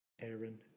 Aaron